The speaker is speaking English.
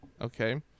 okay